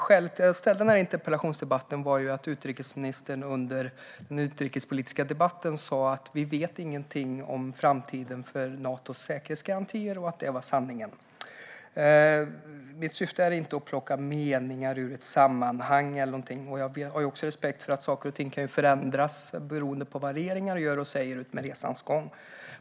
Skälet till att jag ställde denna interpellation var att utrikesministern under den utrikespolitiska debatten sa att vi inte visste något om framtiden för Natos säkerhetsgarantier och att det var sanningen. Mitt syfte är inte att plocka meningar ur sitt sammanhang, och jag har också respekt för att saker och ting kan förändras beroende på vad regeringar gör och säger under resans gång.